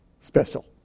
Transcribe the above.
special